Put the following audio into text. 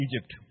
Egypt